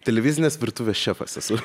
televizinės virtuvės šefas esu